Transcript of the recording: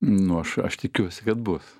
nu aš aš tikiuosi kad bus